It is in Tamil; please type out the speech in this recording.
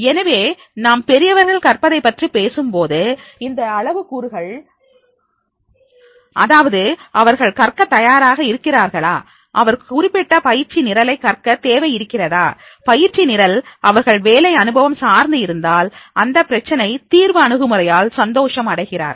எனவே நாம் பெரியவர்கள் கற்பதை பற்றிப் பேசும்போது இந்த அளவு கூறுகள் அதாவது அவர்கள் கற்க தயாராக இருக்கிறார்களா அவர்கள் குறிப்பிட்ட பயிற்சி நிரலை கற்க தேவை இருக்கிறதா பயிற்சி நிரல் அவர்கள் வேலை அனுபவம் சார்ந்து இருந்தால் இந்த பிரச்சனை தீர்வு அணுகுமுறையால் சந்தோஷம் அடைகிறார்கள்